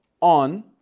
on